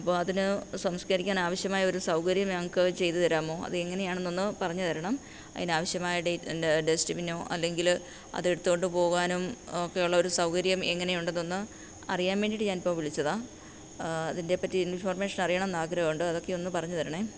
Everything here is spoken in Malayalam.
അപ്പോൾ അതിന് സംസ്കരിക്കാനാവശ്യമായ ഒരു സൗകര്യം ഞങ്ങൾക്ക് ചെയ്ത് തരാമോ അതെങ്ങനെയാണെന്നൊന്ന് പറഞ്ഞു തരണം അതിന് ആവശ്യമായ ടെസ്റ്റ് ബിന്നോ അല്ലെങ്കില് അതെടുത്ത് കൊണ്ട് പോകാനും ഒക്കെയുള്ള ഒരു സൗകര്യം എങ്ങനെയുണ്ടെന്നൊന്ന് അറിയാൻ വേണ്ടിയിട്ട് ഞാനിപ്പൊ വിളിച്ചതാണ് അതിനെപറ്റി ഇൻഫർമേഷൻ അറിയണമെന്ന് ആഗ്രഹമുണ്ട് അതൊക്കെയൊന്ന് പറഞ്ഞു തരണേ